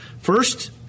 First